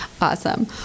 Awesome